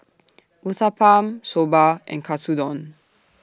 Uthapam Soba and Katsudon